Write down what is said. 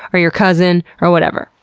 or your cousin, or whatever.